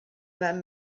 them